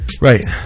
Right